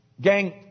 Gang